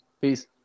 Peace